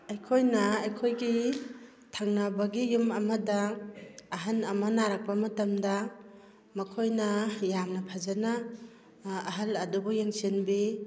ꯑꯩꯈꯣꯏꯅ ꯑꯩꯈꯣꯏꯒꯤ ꯊꯪꯅꯕꯒꯤ ꯌꯨꯝ ꯑꯃꯗ ꯑꯍꯟ ꯑꯃ ꯅꯥꯔꯛꯄ ꯃꯇꯝꯗ ꯃꯈꯣꯏꯅ ꯌꯥꯝꯅ ꯐꯖꯅ ꯑꯍꯜ ꯑꯗꯨꯕꯨ ꯌꯦꯡꯁꯤꯟꯕꯤ